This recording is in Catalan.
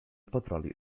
petroli